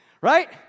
right